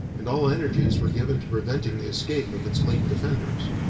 and all energies were given to preventing the escape of its late defenders.